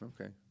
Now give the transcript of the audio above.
Okay